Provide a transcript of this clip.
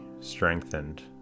strengthened